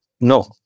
No